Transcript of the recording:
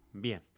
Bien